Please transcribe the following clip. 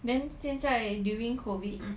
then 现在 during COVID